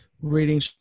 reading